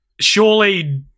surely